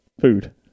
Food